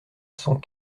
cent